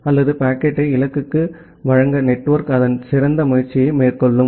அல்லது பாக்கெட்டை இலக்குக்கு வழங்க நெட்வொர்க் அதன் சிறந்த முயற்சியை மேற்கொள்ளும்